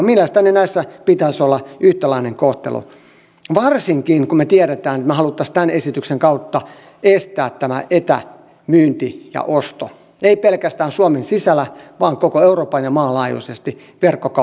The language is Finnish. mielestäni näissä pitäisi olla yhtäläinen kohtelu varsinkin kun me tiedämme että me haluaisimme tämän esityksen kautta estää tämän etämyynnin ja oston ei pelkästään suomen sisällä vaan koko euroopan ja maan laajuisesti verkkokauppa kiellettäisiin